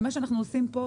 ומה שאנחנו עושים פה,